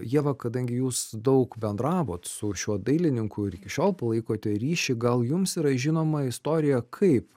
ieva kadangi jūs daug bendravot su šiuo dailininku ir iki šiol palaikote ryšį gal jums yra žinoma istorija kaip